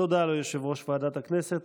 תודה ליושב-ראש ועדת הכנסת.